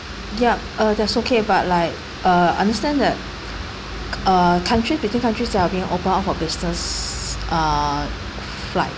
yup uh that's okay but like uh understand that uh country between countries they are being open up for business uh flight